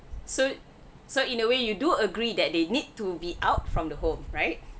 so so in a way you do agree that they need to be out from the home right